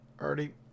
already